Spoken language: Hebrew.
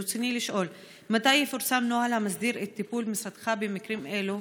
ברצוני לשאול: 1. מתי יפורסם נוהל המסדיר את טיפול משרדך במקרים אלו?